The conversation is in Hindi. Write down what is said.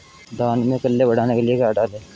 धान में कल्ले बढ़ाने के लिए क्या डालें?